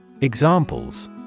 Examples